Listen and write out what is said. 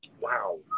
Wow